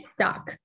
stuck